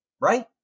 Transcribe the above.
right